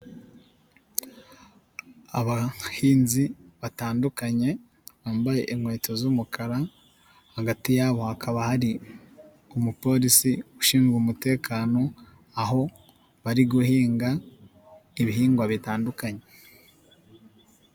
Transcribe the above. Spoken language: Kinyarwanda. Abahinzi batandukanye, bambaye inkweto z'umukara, hagati yabo hakaba hari umupolisi ushinzwe umutekano, aho bari guhinga ibihingwa bitandukanye.